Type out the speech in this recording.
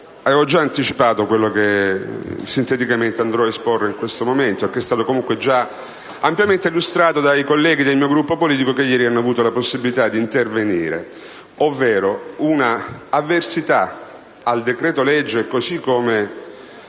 già anticipato quello che sinteticamente andrò ad esporre fra non molto e che è stato già ampiamente illustrato dai colleghi del mio Gruppo politico che ieri hanno avuto la possibilità di intervenire, ovvero una avversità al decreto‑legge, così come